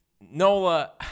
Nola